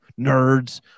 nerds